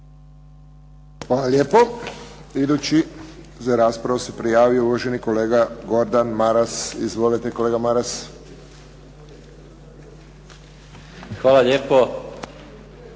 Hvala lijepo. Idući za raspravu se prijavio uvaženi kolega Gordan Maras. Izvolite kolega Maras. **Maras,